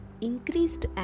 increased